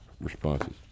responses